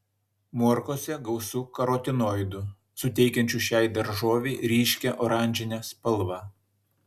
morkose gausu karotinoidų suteikiančių šiai daržovei ryškią oranžinę spalvą